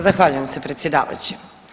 Zahvaljujem se predsjedavajući.